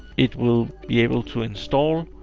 it will be able to install